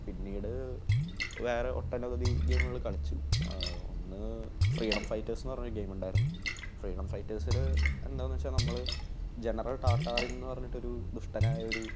പിന്നീട് വേറെ ഒട്ടനവധി ഗെയിമുകൾ കളിച്ചു ഒന്ന് ഫ്രീഡം ഫൈറ്റേഴ്സ്ന്ന് പറഞ്ഞ ഒരു ഗെയിം ഉണ്ടായിരുന്നു ഫ്രീഡം ഫൈറ്റേസിൽ എന്താണെന്ന് വച്ചാൽ നമ്മൾ ജനറൽ ടാർടാറിങ്ങെന്ന് പറഞ്ഞിട്ട് ഒരു ദുഷ്ടനായൊരു